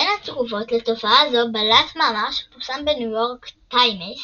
בין התגובות לתופעה זו בלט מאמר שפורסם בניו יורק טיימס